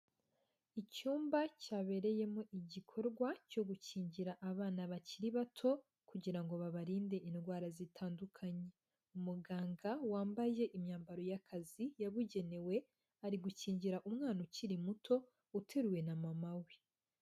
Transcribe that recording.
Icyumba cyabereyemo igikorwa cyo gukingira abana bakiri bato, kugira ngo babarinde indwara zitandukanye, umuganga wambaye imyambaro y'akazi yabugenewe, ari gukingira umwana ukiri muto uteruwe na mama we.